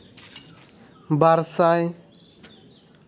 ᱵᱟᱨ ᱥᱟᱭ